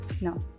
no